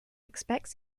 expects